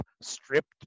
stripped